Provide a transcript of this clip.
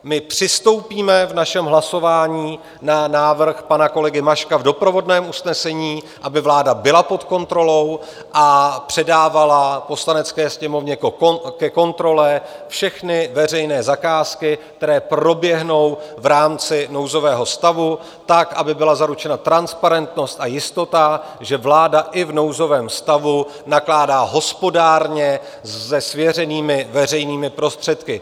My přistoupíme v našem hlasování na návrh pana kolegy Maška v doprovodném usnesení, aby vláda byla pod kontrolou a předávala Poslanecké sněmovně ke kontrole všechny veřejné zakázky, které proběhnou v rámci nouzového stavu, tak aby byla zaručena transparentnost a jistota, že vláda i v nouzovém stavu nakládá hospodárně se svěřenými veřejnými prostředky.